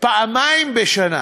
פעמיים בשנה,